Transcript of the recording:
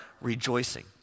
rejoicing